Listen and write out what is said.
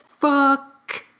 fuck